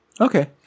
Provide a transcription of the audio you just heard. Okay